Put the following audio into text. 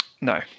no